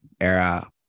Era